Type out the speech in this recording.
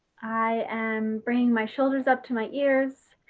i am bringing my shoulders up to my ears,